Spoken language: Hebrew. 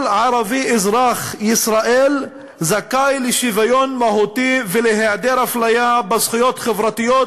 כל ערבי אזרח ישראל זכאי לשוויון מהותי ולהיעדר אפליה בזכויות חברתיות,